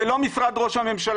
זה לא משרד ראש הממשלה,